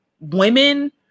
women